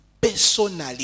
personally